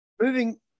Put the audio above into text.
Moving